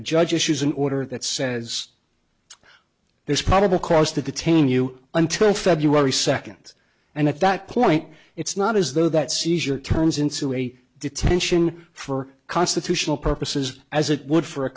a judge issues an order that says there's probable cause to detain you until february second and at that point it's not as though that seizure turns into a detention for constitutional purposes as it would for a